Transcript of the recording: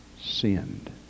sinned